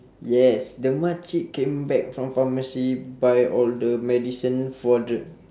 yes the makcik came back from pharmacy buy all the medicine for the